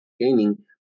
gaining